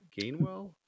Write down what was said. Gainwell